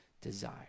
desire